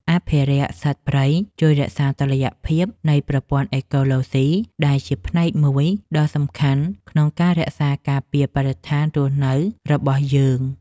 អភិរក្សសត្វព្រៃជួយរក្សាតុល្យភាពនៃប្រព័ន្ធអេកូឡូស៊ីដែលជាផ្នែកមួយដ៏សំខាន់ក្នុងការរក្សាការពារបរិស្ថានរស់នៅរបស់យើង។